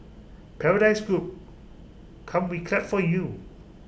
paradise group come we clap for you